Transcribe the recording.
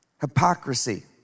hypocrisy